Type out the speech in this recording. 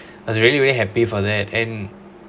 I was really really happy for that and